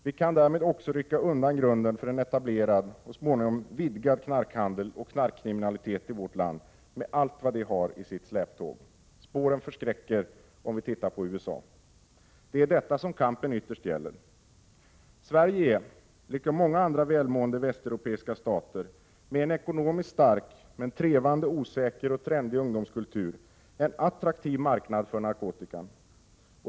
Vi kan därmed också rycka undan grunden för en etablerad och småningom vidgad knarkhandel och knarkkriminalitet i vårt land med allt vad det har i sitt släptåg. Spåren förskräcker, om vi tittar på USA. Det är detta som kampen ytterst gäller. Sverige är, liksom andra välmående västeuropeiska stater med en ekonomiskt stark men trevande, osäker och trendig ungdomskultur, en attraktiv marknad för narkotika.